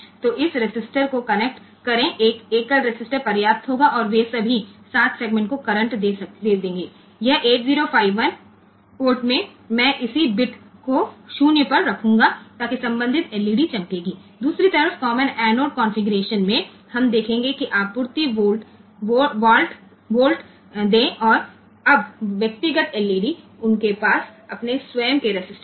तो इस रेसिस्टर को कनेक्ट करें एक एकल रेसिस्टर पर्याप्त होगा और वे सभी 7 सेगमेंट को करंट दे देंगे यह 8051 पोर्ट में मैं इसी बिट को 0 पर रखूंगा ताकि संबंधित एलईडी चमकेगी दूसरी तरफ कॉमन एनोड कॉन्फ़िगरेशन में हम देखेंगे कि आपूर्ति वाल्ट दे और अब व्यक्तिगत एलईडी उनके पास अपने स्वयं के रेसिस्टर हैं